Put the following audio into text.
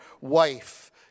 wife